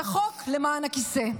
זה חוק למען הכיסא,